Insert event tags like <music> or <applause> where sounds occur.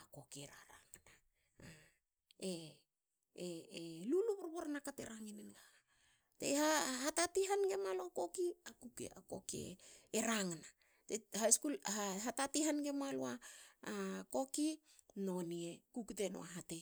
A koki e raranga na e <hesitation> lulu borborna ka te rangi ne nagaga. Te hatati hange malu a koki. a koki koki e rangana te ha skul. hatati hanige malu a koki. noni e kukte nuaha te